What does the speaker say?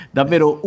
davvero